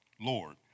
Lord